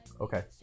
Okay